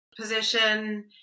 position